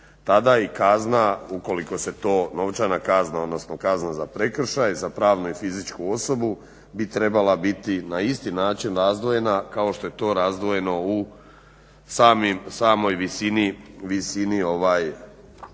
tada i kazna ukoliko se to novčana kazna, odnosno kazna za prekršaje, za pravnu i fizičku osobu bi trebala biti na isti način razdvojeno kao što je to razdvojeno u samoj visini ukupnih